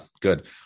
good